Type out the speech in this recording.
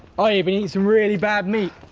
ah you've been eating some really bad meat.